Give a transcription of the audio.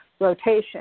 rotation